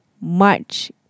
March